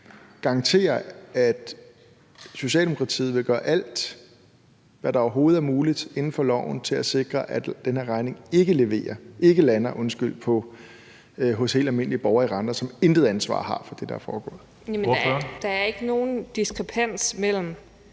garantere, at Socialdemokratiet vil gøre alt, hvad der overhovedet er muligt inden for loven, for at sikre, at den her regning ikke lander hos helt almindelige borgere i Randers, som intet ansvar har for det, der er foregået. Kl. 17:54 Tredje næstformand